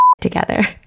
together